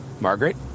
Margaret